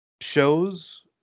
shows